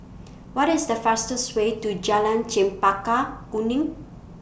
What IS The fastest Way to Jalan Chempaka Kuning